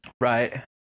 Right